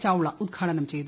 ചൌള ഉദ്ഘാടനം ചെയ്തു